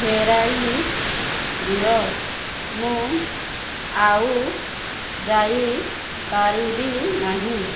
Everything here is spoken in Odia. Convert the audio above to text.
ଫେରାଇ ଦିଅ ମୁଁ ଆଉ ଯାଇପାରିବି ନାହିଁ